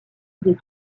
des